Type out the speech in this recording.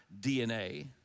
DNA